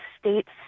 state's